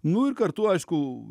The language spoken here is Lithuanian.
nu ir kartu aišku